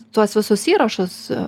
tuos visus įrašus